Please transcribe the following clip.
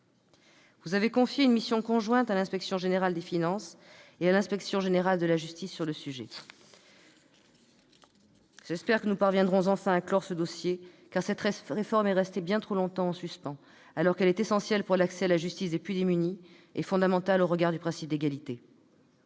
a confié une mission conjointe à l'Inspection générale des finances et à l'Inspection générale de la justice sur ce sujet. J'espère que nous parviendrons enfin à clore ce dossier, car cette réforme est restée bien trop longtemps en suspens, alors qu'elle est essentielle pour l'accès à la justice des plus démunis, et fondamentale au regard du principe d'égalité.